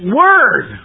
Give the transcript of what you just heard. word